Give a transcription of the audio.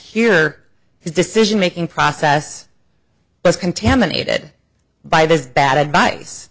here his decision making process but contaminated by this bad advice